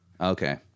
Okay